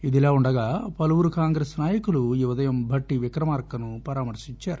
ఇదిలా ఉండగా పలువురు కాంగ్రెస్ నాయకులు ఈ ఉదయం భట్టీ విక్రమార్కను పరామర్పించారు